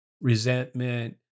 resentment